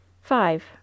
Five